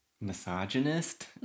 misogynist